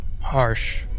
harsh